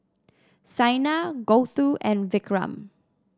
Saina Gouthu and Vikram